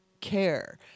care